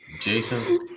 Jason